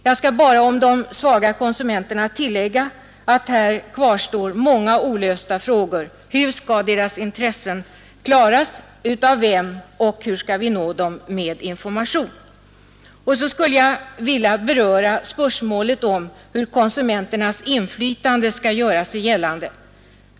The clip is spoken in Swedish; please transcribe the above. Jag skall här bara om de svaga konsumenterna tillägga, att här kvarstår många olösta frågor. Hur skall deras intressen tillgodoses och av vem, och hur skall vi nå dem med information? Vidare vill jag något beröra spörsmålet om hur konsumenterna skall kunna göra sitt inflytande gällande.